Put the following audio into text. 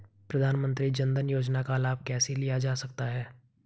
प्रधानमंत्री जनधन योजना का लाभ कैसे लिया जा सकता है?